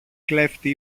κλέφτη